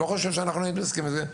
אני לא חושב שהיינו עוסקים בזה.